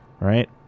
Right